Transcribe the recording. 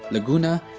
laguna,